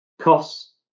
Costs